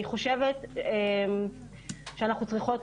אני חושבת שאנחנו צריכות,